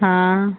हाँ